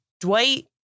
Dwight